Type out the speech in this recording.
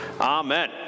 Amen